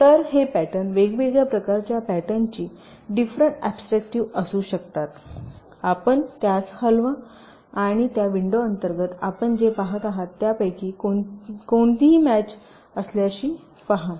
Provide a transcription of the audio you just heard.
तर हे पॅटर्न वेगवेगळ्या प्रकारच्या पॅटर्नची डिफरेन्ट ऍब्स्ट्रक्टिव असू शकतात आपण त्यास हलवा आणि या विंडो अंतर्गत आपण जे पहात आहात त्यापैकी कोणशीही मॅच असल्याचे पहा